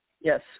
Yes